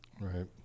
Right